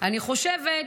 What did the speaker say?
אני חושבת,